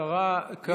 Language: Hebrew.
השרה כאן.